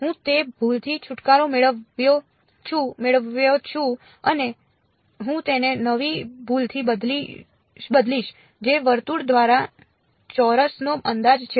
હું તે ભૂલથી છુટકારો મેળવ્યો છું અને હું તેને નવી ભૂલથી બદલીશ જે વર્તુળ દ્વારા ચોરસનો અંદાજ છે